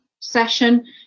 session